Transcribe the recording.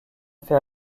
fait